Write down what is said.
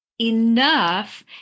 enough